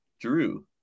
Drew